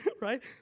right